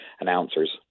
announcers